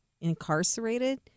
incarcerated –